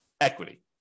equity